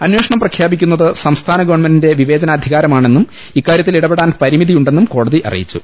അന്വേഷണം പ്രഖ്യാപി ക്കുന്നത് സംസ്ഥാന ഗവൺമെന്റിന്റെ വിവേചനാധികാരമാ ണെന്നും ഇക്കാര്യത്തിൽ ഇടപെടാൻ പരിമിതിയുണ്ടെന്നും കോടതി അറിയിച്ചു